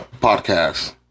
podcast